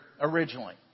originally